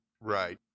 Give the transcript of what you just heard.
Right